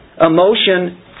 Emotion